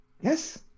Yes